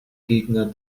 gegner